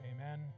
amen